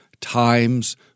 times